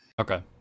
Okay